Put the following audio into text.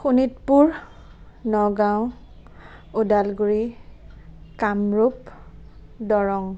Sonitpur Nagaon Udalguri Kamrup Darrang